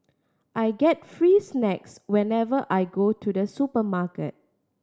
I get free snacks whenever I go to the supermarket